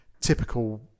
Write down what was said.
Typical